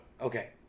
Okay